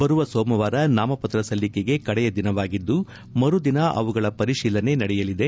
ಬರುವ ಸೋಮವಾರ ನಾಮಪತ್ರ ಸಲ್ಲಿಕೆಗೆ ಕಡೆಯ ದಿನವಾಗಿದ್ದು ಮರುದಿನ ಅವುಗಳ ಪರಿಶೀಲನೆ ನಡೆಯಲಿದೆ